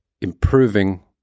improving